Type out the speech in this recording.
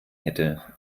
hätte